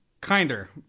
Kinder